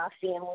family